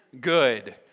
good